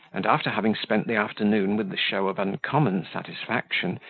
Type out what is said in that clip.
and, after having spent the afternoon with the show of uncommon satisfaction,